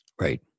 Right